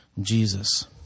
Jesus